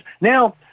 now